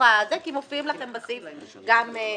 כי מופיעים לכם בסעיף גם חודשים,